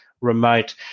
remote